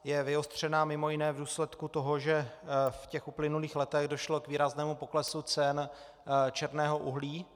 Je vyostřená mimo jiné v důsledku toho, že v uplynulých letech došlo k výraznému poklesu cen černého uhlí.